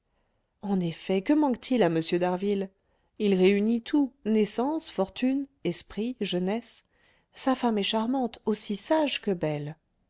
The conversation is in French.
en effet que manque-t-il à m d'harville il réunit tout naissance fortune esprit jeunesse sa femme est charmante aussi sage que belle